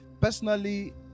Personally